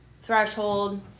threshold